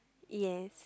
yes